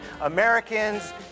Americans